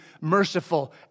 merciful